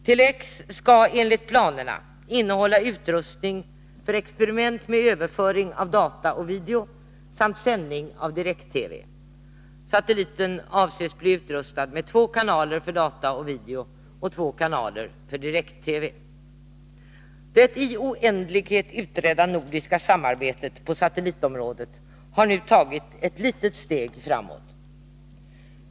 Tele-X skall enligt planerna innehålla utrustning för experiment med överföring av data och video samt sändning av direkt-TV. Satelliten avses bli utrustad med två kanaler för data och video och två kanaler för direkt-TV. Det i oändlighet utredda nordiska samarbetet på satellitområdet har nu tagit ett litet steg framåt.